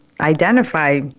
identify